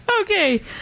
Okay